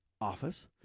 office